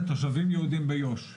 תושבים יהודים ביו"ש.